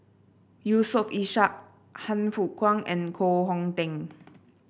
Yusof Ishak Han Fook Kwang and Koh Hong Teng